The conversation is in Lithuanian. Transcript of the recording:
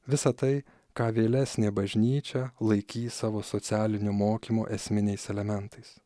visa tai ką vėlesnė bažnyčia laikys savo socialiniu mokymu esminiais elementais